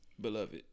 Beloved